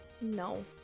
No